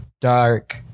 dark